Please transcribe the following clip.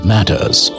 Matters